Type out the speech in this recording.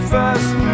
first